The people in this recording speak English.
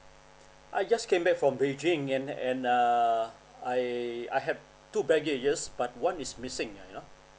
I just came back from beijing and and uh I I have two baggages but one is missing ah you know